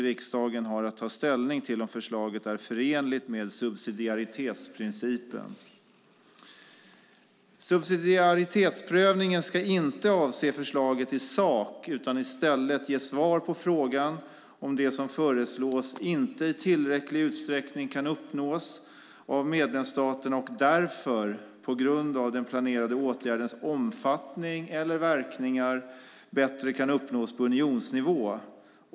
Riksdagen har att ta ställning till om förslaget är förenligt med subsidiaritetsprincipen. Subsidiaritetsprövningen ska inte avse förslaget i sak utan i stället ge svar på frågan om det som föreslås inte i tillräcklig utsträckning kan uppnås av medlemsstaterna och därför, på grund av den planerade åtgärdens omfattning eller verkningar, bättre kan uppnås på unionsnivå.